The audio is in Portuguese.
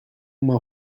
uma